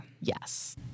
Yes